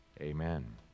amen